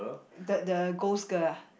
the the ghost girl ah